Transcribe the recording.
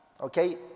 okay